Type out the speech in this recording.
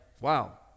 wow